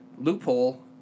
Loophole